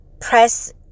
press